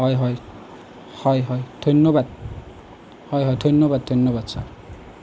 হয় হয় হয় হয় ধন্যবাদ হয় হয় ধন্যবাদ ধন্যবাদ ছাৰ